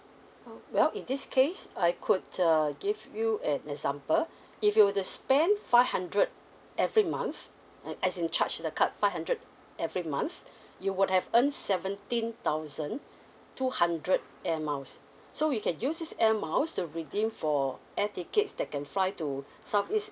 oh well in this case I could err give you an example if you were to spend five hundred every month uh as in charge to the card five hundred every month you would have earn seventeen thousand two hundred air miles so we can use these air miles to redeem for air tickets that can fly to southeast